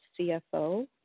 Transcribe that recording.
CFO